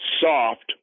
soft